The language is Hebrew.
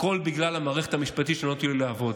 הכול בגלל המערכת המשפטית שלא נותנת לי לעבוד.